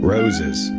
Roses